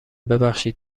ببخشید